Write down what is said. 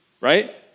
Right